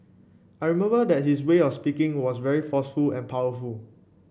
I remember that his way of speaking was very forceful and powerful